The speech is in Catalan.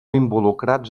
involucrats